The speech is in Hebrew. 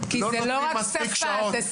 נותנים מספיק שעות.